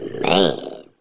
man